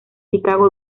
chicago